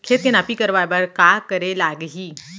खेत के नापी करवाये बर का करे लागही?